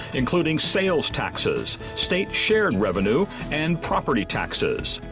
including sales taxes, state-shared revenue, and property taxes.